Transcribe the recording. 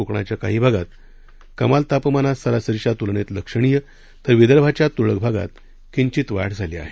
कोकणाच्या काही भागात कमाल तापमानात सरासरीच्या तुलनेत लक्षणीय तर विर्दभाच्या तुरळक भागात किंचित वाढ झाली आहे